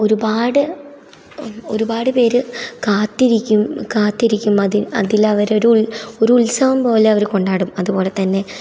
ഒരുപാട് ഒരുപാട് പേര് കാത്തിരിക്കും കാത്തിരിക്കും അതി അതിലവർ ഒരു ഉത്സവം പോലെ അവർ കൊണ്ടാടും അതുപോലെ തന്നെ